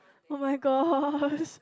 oh-my-gosh